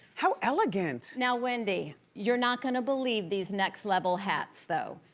how elegant? now, wendy, you're not gonna believe these next level hats though.